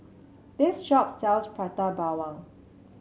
this shop sells Prata Bawang